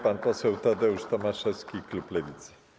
Pan poseł Tadeusz Tomaszewski, klub Lewicy.